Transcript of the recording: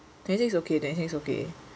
twenty six okay twenty six okay